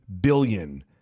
billion